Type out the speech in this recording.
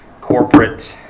corporate